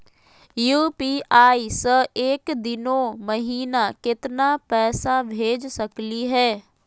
UPI स एक दिनो महिना केतना पैसा भेज सकली हे?